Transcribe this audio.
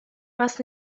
was